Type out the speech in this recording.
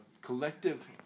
collective